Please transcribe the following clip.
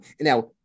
now